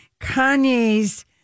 Kanye's